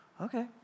Okay